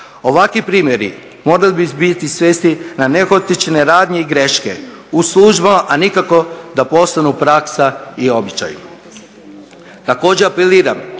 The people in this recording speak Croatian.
Ovakvi primjeri morali bi biti svesti na nehotične radnje i greške u službama, a nikako da postanu praksa i običaji.